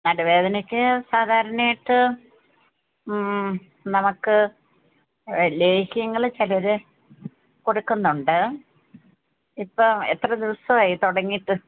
നടുവേദനയ്ക്ക് സാധാരണായിട്ട് നമുക്ക് ലേഹ്യങ്ങള് ചിലര് കൊടുക്കുന്നുണ്ട് ഇപ്പോൾ എത്ര ദിവസമായി തുടങ്ങിയിട്ട്